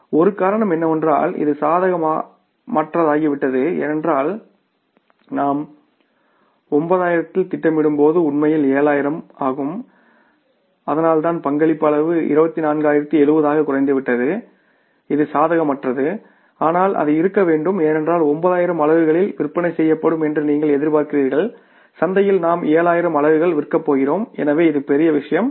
ஒரு காரணம் என்னவென்றால் இது சாதகமற்றதாகிவிட்டது ஏனென்றால் நாம் 9000 இல் திட்டமிடும்போது உண்மையில் 7000 ஆகும்அதனால்தான் பங்களிப்பு அளவு 24070 ஆகக் குறைந்துவிட்டது இது சாதகமற்றது ஆனால் அது இருக்க வேண்டும் ஏனென்றால் 9000 அலகுகளில் விற்பனை செய்யப்படும் என்று நீங்கள் எதிர்பார்க்கிறீர்கள் சந்தையில் நாம் 7000 அலகுகள் விற்கப்போகிறோம் எனவே இது பெரிய விஷயமல்ல